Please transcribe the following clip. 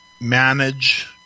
manage